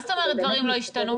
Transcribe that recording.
מה זאת אומרת דברים לא ישתנו?